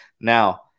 Now